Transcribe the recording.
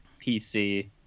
PC